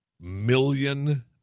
million